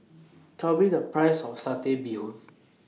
Tell Me The Price of Satay Bee Hoon